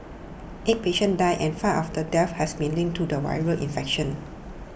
eight patients died and five of the deaths has be linked to the viral infection